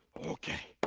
okay,